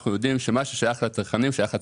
אנחנו יודעים שמה ששייך לצרכנים שייך לצרכנים.